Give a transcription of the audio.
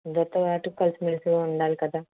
అందరితో పాటు కలిసి మెలిసి ఉండాలి కదా